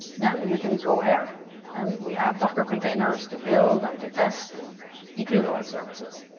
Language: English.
then you can go here and we have docker containers to build and to test includeos services.